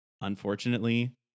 Unfortunately